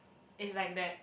it's like that